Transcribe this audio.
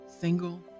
single